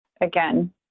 again